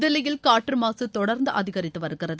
தில்லியில் காற்று மாசு தொடர்ந்து அதிகரித்து வருகிறது